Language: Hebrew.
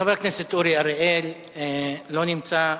חבר הכנסת אורי אריאל, לא נמצא.